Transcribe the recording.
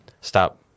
stop